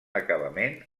acabament